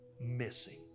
missing